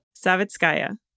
Savitskaya